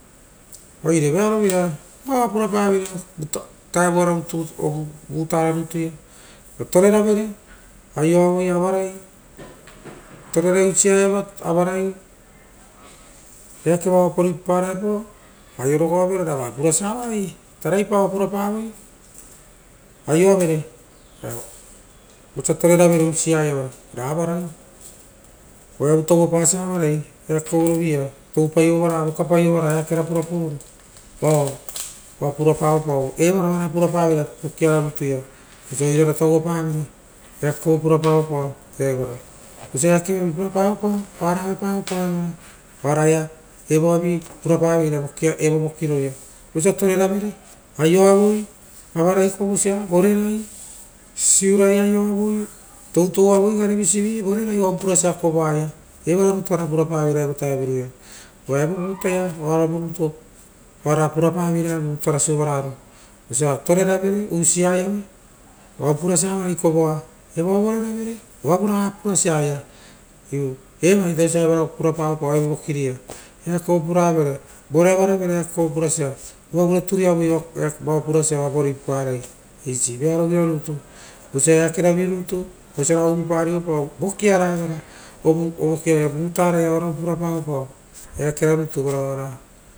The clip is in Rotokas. Oire vearovira evaoa purapaveira vutara rutu ia, toreravere, avarai vorerai torerai usia iava avarai, ra avaraiere oearova tauva pasia avarai eake kovorovi ia, toupaio vova vokapaoro, eake rovi vaio a purapaoepao vokiara ritaia vosia oirara tauvapavoi, eakerovo purapaoepao, vosia eakera purapaoepao oara auepaoepa evara, oaraia evoavi purapaopao evo vokiroia, vosia toreravere ra aioavoi vosia sisiura, aioaro, toutouavo garevisivi vorerai oavu purasia koroa evara rutu koroara oara pura pareira evo vokia uva, evo vutaia oaravu rutu purapaveira evo vutaro sovarao vogia toreravere osia iava oaia purasia avarai kovoa, oavuraga purasia, eva ita osia evara purapare poro evo voki rei ia, eake kovo puravere, vore avaravere eake kovo purasia, uvavure turiavoi vao purasia eake kovo oapa ruii paparai, eisi vearovira rutu, vosia eakeravi rutu, vosia vagai uru pariepa o, vokia evara orokiaa vutaraia oaravu parapaoe pa o eakevo rutu varia oara.